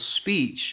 speech